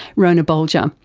rhona bolger.